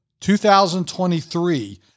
2023